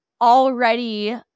already